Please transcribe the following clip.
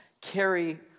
carry